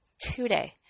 today